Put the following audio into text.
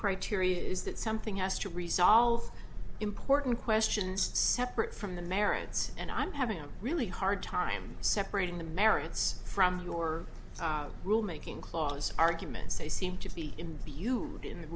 criteria is that something has to resolve important questions separate from the merits and i'm having a really hard time separating the merits from your rule making clause arguments they seem to be in the you in th